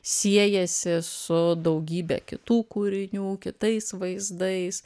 siejasi su daugybe kitų kūrinių kitais vaizdais